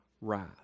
wrath